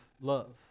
love